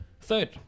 third